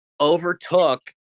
overtook